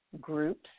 groups